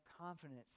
confidence